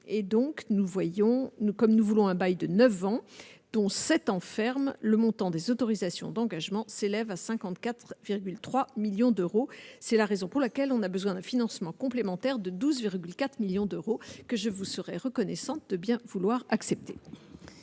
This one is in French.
et donc nous voyons-nous, comme nous voulons un bail de 9 ans dont 7 ans ferme le montant des autorisations d'engagement s'élève à 54,3 millions d'euros, c'est la raison pour laquelle on a besoin d'un financement complémentaire de 12,4 millions d'euros que je vous serais reconnaissant de bien vouloir accepter.